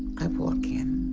i walk in.